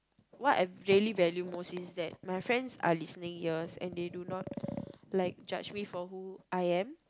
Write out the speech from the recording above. what I really value most is that my friends are listening ears and they do not like judge me for who I am